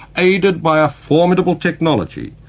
aided by a formidable technology,